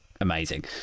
amazing